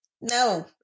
No